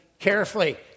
carefully